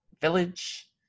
Village